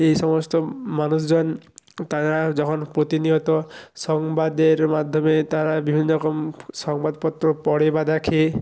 এই সমস্ত মানুষজন তারা যখন প্রতিনিয়ত সংবাদের মাধ্যমে তারা বিভিন্ন রকম সংবাদপত্র পড়ে বা দেখে